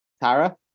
Tara